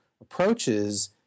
approaches